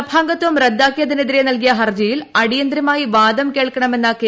സഭാംഗത്വം റദ്ദാക്കിയതിനെതിരെ നല്കിയ ഹർജിയിൽ അടിയന്തരമായി വാദം കേൾക്കണമെന്ന കെ